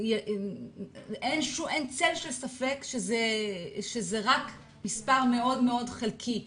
אין צל של ספק שזה מספר מאוד מאוד חלקי.